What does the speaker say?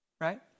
right